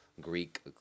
Greek